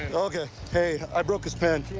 ok. hey, i broke his pen.